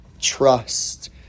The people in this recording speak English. Trust